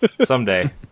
Someday